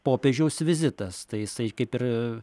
popiežiaus vizitas tai jisai kaip ir